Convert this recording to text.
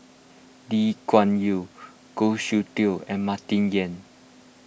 Lee Kuan Yew Goh Soon Tioe and Martin Yan